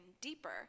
deeper